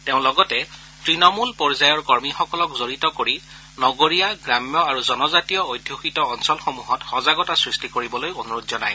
তেওঁ লগতে ত়ণমূল পৰ্যায়ৰ কৰ্মীসকলক জৰিত কৰি নগৰীয়া গ্ৰাম্য আৰু জনজাতিয় অধ্যযিত অঞ্চলসমূহত সজাগতা সৃষ্টি কৰিবলৈ অনুৰোধ জনায়